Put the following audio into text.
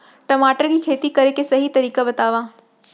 टमाटर की खेती करे के सही तरीका बतावा?